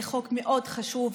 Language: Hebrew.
זה חוק מאוד חשוב.